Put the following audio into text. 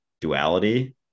duality